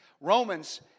Romans